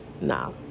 nah